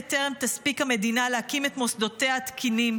בטרם תספיק המדינה להקים את מוסדותיה התקינים,